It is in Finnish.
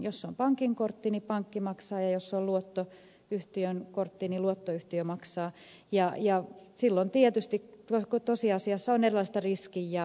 jos se on pankin kortti niin pankki maksaa ja jos se on luottoyhtiön kortti niin luottoyhtiö maksaa ja silloin tietysti tosiasiassa on kyse erilaisesta riskinjaosta